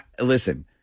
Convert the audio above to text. listen